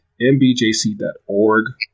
mbjc.org